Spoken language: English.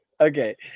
Okay